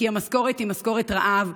כי המשכורת היא משכורת רעב,